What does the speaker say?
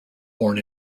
born